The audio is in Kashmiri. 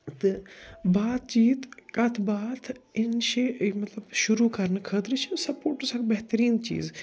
تہٕ بات چیٖت کَتھ باتھ اِنشے مطلب شروٗع کَرنہٕ خٲطرٕ چھِ سپورٹٕس اکھ بہتریٖن چیٖز